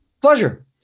Pleasure